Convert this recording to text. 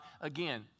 again